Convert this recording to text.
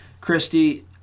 Christy